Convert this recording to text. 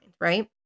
right